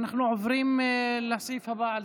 אנחנו עוברים לסעיף הבא על